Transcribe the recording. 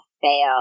fail